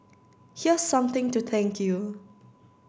here's something to thank you